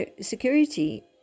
security